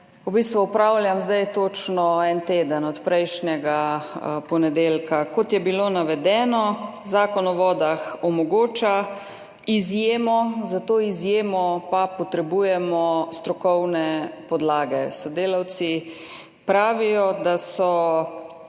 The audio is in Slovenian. v bistvu opravljam zdaj točno en teden, od prejšnjega ponedeljka. Kot je bilo navedeno, Zakon o vodah omogoča izjemo, za to izjemo pa potrebujemo strokovne podlage. Sodelavci pravijo, da so